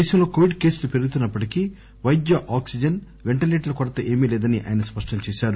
దేశంలో కోవిడ్ కేసులు పెరుగుతున్న ప్పటికీ వైద్య ఆక్సిజన్ పెంటిలేటర్ల కొరత ఏమీ లేదని ఆయన స్పష్టంచేశారు